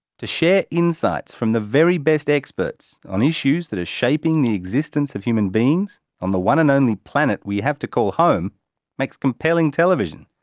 to share insights from the very best experts on issues that are shaping the existence of human beings on the one and only planet we have to call home makes compelling television.